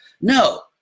No